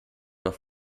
noch